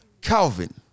Calvin